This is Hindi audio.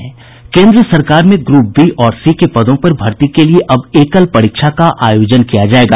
केन्द्र सरकार में ग्रप बी और सी के पदों पर भर्ती के लिए अब एकल परीक्षा का आयोजन किया जायेगा